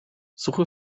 suche